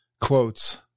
quotes